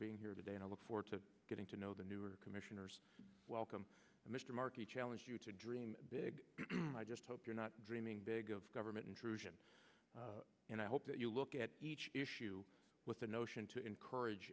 being here today and i look forward to getting to know the newer commissioners welcome mr markey challenge dream big i just hope you're not dreaming big government intrusion and i hope that you look at issue with the notion to encourage